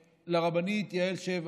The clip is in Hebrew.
לרבנית יעל שבח,